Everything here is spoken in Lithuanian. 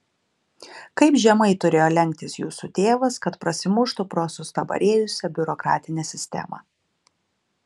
kaip žemai turėjo lenktis jūsų tėvas kad prasimuštų pro sustabarėjusią biurokratinę sistemą